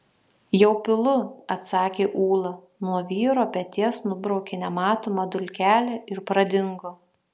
jau pilu atsakė ūla nuo vyro peties nubraukė nematomą dulkelę ir pradingo